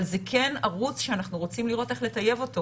אבל זה כן ערוץ שאנחנו רוצים לראות איך לטייב אותו